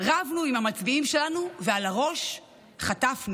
רבנו עם המצביעים שלנו ועל הראש חטפנו.